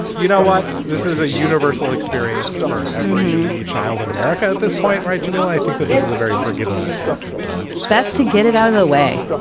you know what? this is a universal experience for every child in america at this point, right, jamila? i think but this is a very forgivable fail best to get it out of the way.